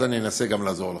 אני אנסה לעזור לך.